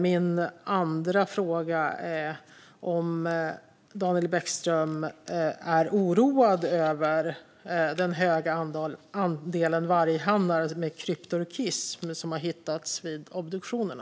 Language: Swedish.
Min andra fråga är om Daniel Bäckström är oroad över den höga andelen varghannar med kryptorkism som har upptäckts vid obduktionerna.